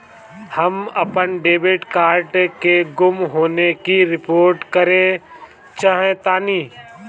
हम अपन debit card के गुम होने की रिपोर्ट करे चाहतानी